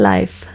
Life